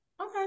okay